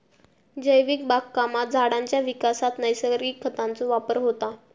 जैविक बागकामात झाडांच्या विकासात नैसर्गिक खतांचो वापर होता